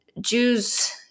Jews